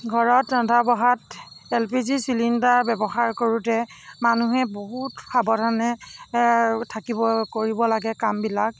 ঘৰত ৰন্ধা বঢ়াত এলপিজি চিলিণ্ডাৰ ব্যৱহাৰ কৰোঁতে মানুহে বহুত সাৱধানে থাকিব কৰিব লাগে কামবিলাক